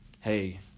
hey